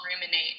Ruminate